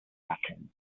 sacking